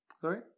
Sorry